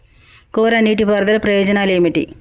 కోరా నీటి పారుదల ప్రయోజనాలు ఏమిటి?